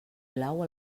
blau